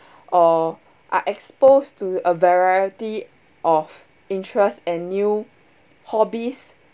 or are exposed to a variety of interests and new hobbies